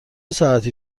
ساعتی